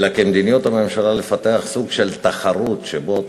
אלא כי מדיניות הממשלה היא לפתח סוג של תחרות שבה אתה